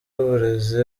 w’uburezi